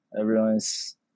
Everyone's